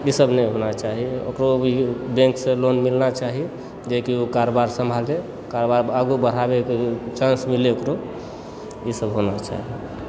ईसभ नहि होना चाही ओकरो बैंकसँ लोन मिलना चाही जेकि ओ कारोबार सँभालय कारोबार आगू बढ़ाबयके लेल चान्स मिलय ओकरो ईसभ होना चाही